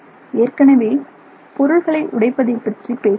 ஏற்கனவே பொருள்களை உடைப்பதை பற்றி பேசினேன்